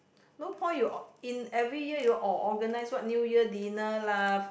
no point you or~ in every year you or~ organise what New Year dinner lah